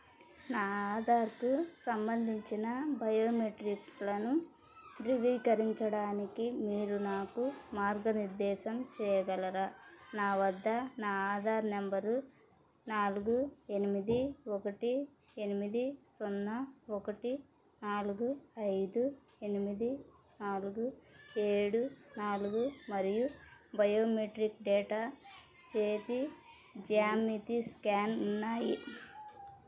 నా ఆధార్కు సంబంధించిన బయోమెట్రిక్లను ధృవీకరించడానికి మీరు నాకు మార్గనిర్దేశం చేయగలరా నా వద్ద నా ఆధార్ నంబరు నాలుగు ఎనిమిది ఒకటి ఎనిమిది సున్నా ఒకటి నాలుగు ఐదు ఎనిమిది నాలుగు ఏడు నాలుగు మరియు బయోమెట్రిక్ డేటా చేతి జ్యామితి స్కాన్ ఉన్నాయి